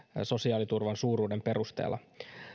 sosiaaliturvan suuruuden perusteella